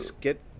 Get